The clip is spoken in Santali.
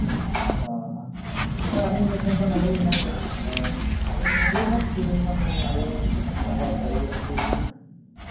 ᱚ ᱦᱚ ᱦᱚᱭ ᱟᱹᱵᱤᱱ ᱢᱤᱫᱴᱷᱮᱱ ᱠᱷᱚᱱ ᱱᱚᱢᱵᱚᱨ ᱞᱤᱧ ᱧᱟᱢ ᱠᱮᱫᱟ ᱟᱫᱚ ᱟᱹᱞᱤᱧ ᱦᱩᱭᱱᱟ ᱠᱤᱪᱷᱩ ᱫᱤᱱ ᱠᱷᱚᱱ ᱟᱹᱰᱤ ᱦᱚᱲᱢᱚ ᱠᱚ ᱦᱟᱹᱥᱩᱭᱮᱫ ᱞᱤᱧᱟ